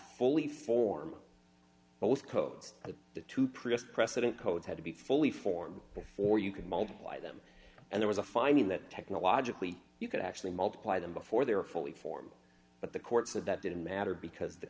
fully form both codes to produce precedent code had to be fully formed before you can multiply them and there was a finding that technologically you could actually multiply them before they were fully formed but the court said that didn't matter because the